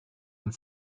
been